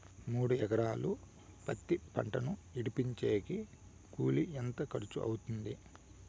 మూడు ఎకరాలు పత్తి పంటను విడిపించేకి కూలి ఎంత ఖర్చు అవుతుంది?